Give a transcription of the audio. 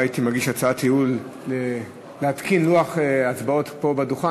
אולי הייתי מגיש הצעת ייעול להתקין לוח הצבעות פה בדוכן.